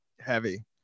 heavy